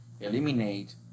eliminate